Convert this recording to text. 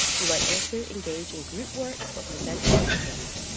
you might also engage in group work or present case studies.